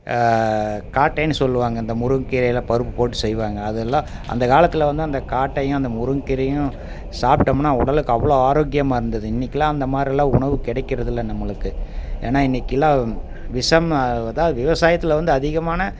காட்டைனு சொல்வாங்க இந்த முருங்கக்கீரையில் பருப்பு போட்டு செய்வாங்க அதெல்லாம் அந்த காலத்தில் வந்து அந்த காட்டையும் அந்த முருங்கக்கீரையும் சாப்ட்டோம்னா உடலுக்கு அவ்வளோ ஆரோக்கியமாக இருந்தது இன்னக்கெல்லாம் அந்தமாதிரிலாம் உணவு கிடைக்கிறதுல்ல நம்மளுக்கு ஏன்னா இன்னக்கெல்லாம் விஷம் அதான் விவசாயத்தில் வந்து அதிகமான